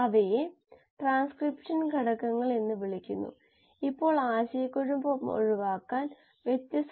എന്നാൽ തീർച്ചയായും ഇത് തികച്ചും വ്യത്യസ്തമാണ്